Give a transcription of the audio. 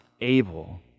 able